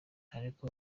ariko